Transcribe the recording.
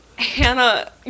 hannah